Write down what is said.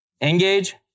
engage